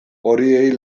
horiei